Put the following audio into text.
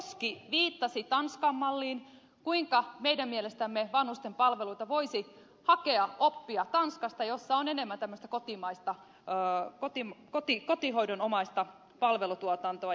koski viittasi tanskan malliin siihen kuinka meidän mielestämme vanhustenpalveluihin voisi hakea oppia tanskasta missä on enemmän tämmöistä kotihoidonomaista palvelutuotantoa